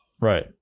right